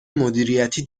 مدیریتی